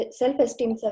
self-esteem